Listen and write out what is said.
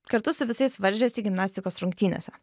kartu su visais varžėsi gimnastikos rungtynėse